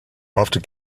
after